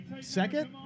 second